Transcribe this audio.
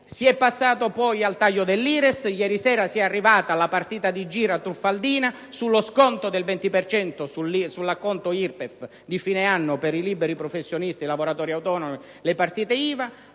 si è arrivati, quindi, al taglio dell'IRES e ieri sera si è giunti alla partita di giro truffaldina sullo sconto del 20 per cento sull'acconto IRPEF di fine anno per i liberi professionisti ed i lavoratori autonomi e le partite IVA.